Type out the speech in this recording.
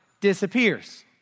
disappears